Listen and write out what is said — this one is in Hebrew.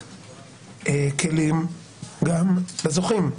לתת כלים גם לזוכים,